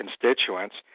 constituents